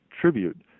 tribute